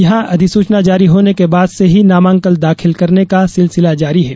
यहां अधिसुचना जारी होने के बाद से ही नामांकन दाखिल करने का सिलसिला जारी है